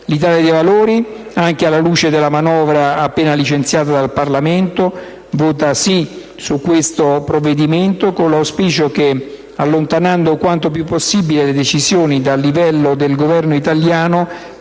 L'Italia dei Valori, anche alla luce della manovra appena licenziata dal Parlamento, voterà a favore di questo provvedimento, con l'auspicio che, allontanando quanto più possibile le decisioni dal livello del Governo italiano,